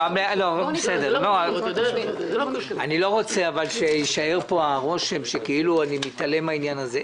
אבל אני לא רוצה שיישאר פה הרושם כאילו אני מתעלם מן העניין הזה.